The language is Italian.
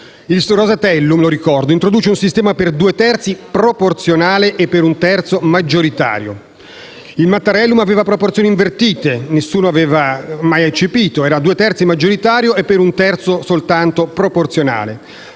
il Rosatellum introduce un sistema per due terzi proporzionale e per un terzo maggioritario. Il Mattarellum aveva proporzioni invertite e nessuno aveva mai eccepito: era per due terzi maggioritario e soltanto per un terzo proporzionale.